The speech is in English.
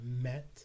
met